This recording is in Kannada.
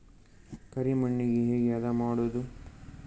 ಕರಿ ಮಣ್ಣಗೆ ಹೇಗೆ ಹದಾ ಮಾಡುದು?